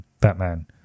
Batman